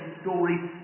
stories